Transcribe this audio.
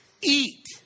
Eat